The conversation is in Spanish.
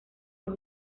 los